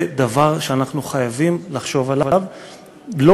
זה דבר שאנחנו חייבים לחשוב עליו לא